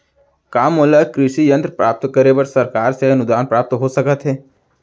का मोला कृषि यंत्र प्राप्त करे बर सरकार से अनुदान प्राप्त हो सकत हे?